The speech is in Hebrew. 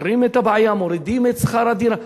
פותרים את הבעיה, מורידים את שכר הדירה.